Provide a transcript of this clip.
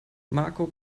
marco